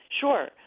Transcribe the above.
Sure